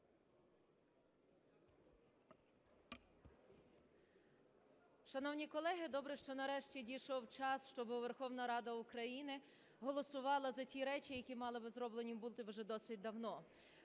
Шановні колеги, добре, що нарешті дійшов час, щоби Верховна Рада України голосувала за ті речі, які мали би зроблені бути вже досить давно.